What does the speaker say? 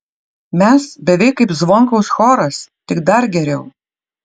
mes beveik kaip zvonkaus choras tik dar geriau